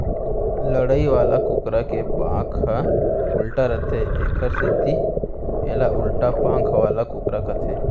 लड़ई वाला कुकरा के पांख ह उल्टा रथे एकर सेती एला उल्टा पांख वाला कुकरा कथें